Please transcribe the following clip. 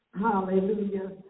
Hallelujah